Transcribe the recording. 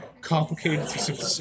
complicated